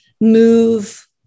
move